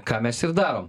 ką mes ir darom